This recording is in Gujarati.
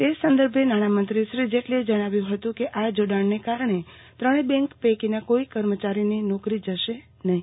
તે સંદર્ભે નાણામંત્રી અરુણ જેટલીએ જણાવ્યું હતું કે આ જોડાણને કારણે ત્રણે બેંક પૈકીના કોઈ કર્મચારીની નોકરી જશે નહિ